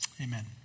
Amen